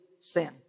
sin